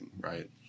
right